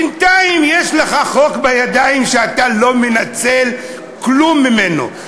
בינתיים יש לך חוק בידיים שאתה לא מנצל כלום ממנו,